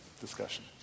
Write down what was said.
discussion